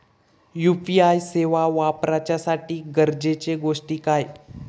UPI सेवा वापराच्यासाठी गरजेचे गोष्टी काय?